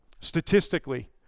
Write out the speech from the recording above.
statistically